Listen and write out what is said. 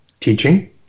teaching